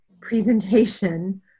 presentation